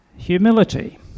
Humility